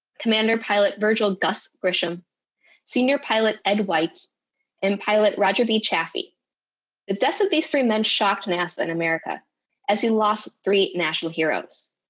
command pilot virgil gus grissom senior pilot ed white and pilot roger b. chaffee the deaths of these three men shocked nasa and america as we lost three national heroes.